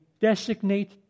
designate